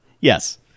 Yes